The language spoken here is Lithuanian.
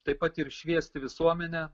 taip pat ir šviesti visuomenę